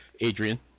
Adrian